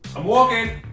i'm walking